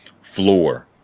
floor